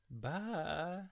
Bye